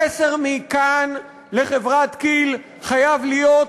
המסר מכאן לחברת כי"ל חייב להיות: